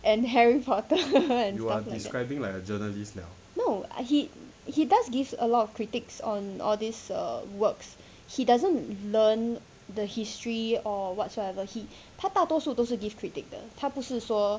and harry porter and stuff like that no he does give a lot of critics on all this uh works he doesn't learn the history or whatsoever he 他大多数都是 give critic 的他不是说